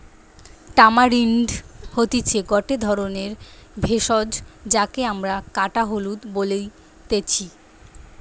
tamarind হতিছে গটে ধরণের ভেষজ যাকে আমরা কাঁচা হলুদ বলতেছি